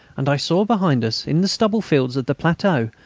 and i saw behind us, in the stubble-fields of the plateau,